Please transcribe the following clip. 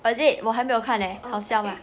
oh is it 我还没有看 leh 好笑吗